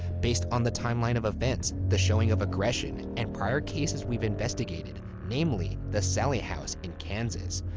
based on the timeline of events, the showing of aggression, and prior cases we've investigated, namely the sallie house in kansas,